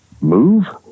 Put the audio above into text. move